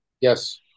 Yes